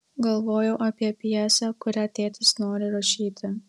galvojau apie pjesę kurią tėtis nori rašyti